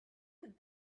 could